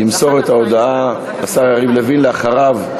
לאחריו,